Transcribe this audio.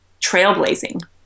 trailblazing